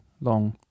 long